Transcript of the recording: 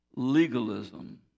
Legalism